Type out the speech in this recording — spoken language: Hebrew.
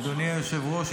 אדוני היושב-ראש,